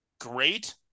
great